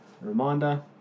reminder